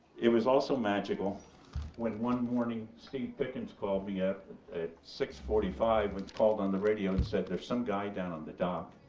it was also magical when one morning steve pickens called me up at six forty five and called on the radio and said, some guy down on the dock.